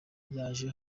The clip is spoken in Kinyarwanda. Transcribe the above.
yaje